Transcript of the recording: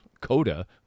coda